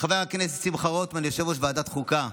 חבר הכנסת שמחה רוטמן, יושב-ראש ועדת החוקה.